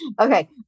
okay